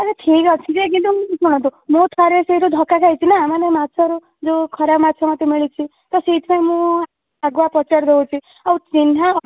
ଆରେ ଠିକ୍ ଅଛି ଯେ କିନ୍ତୁ ଶୁଣନ୍ତୁ ମୁଁ ଥରେ ସେଇ ଯେଉଁ ଧକା ଖାଇଛି ନା ମାନେ ମାଛରୁ ଯେଉଁ ଖରାପ ମାଛ ମୋତେ ମିଳିଛି ତ ସେଇଥିପାଇଁ ମୁଁ ଆଗୁଆ ପଚାରି ଦେଉଛି ଆଉ ଚିହ୍ନା